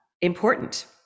important